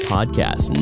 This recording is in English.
Podcast